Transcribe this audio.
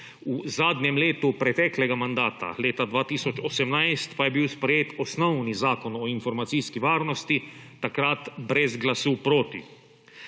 V zadnjem letu preteklega mandata leta 2018 pa je bil sprejet osnovni Zakon o informacijski varnosti takrat brez glasu proti,